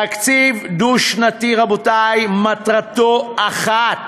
תקציב דו-שנתי, רבותי, מטרתו אחת: